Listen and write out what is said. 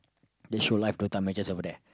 they show live Dota matches over there